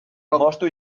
moztu